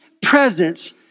presence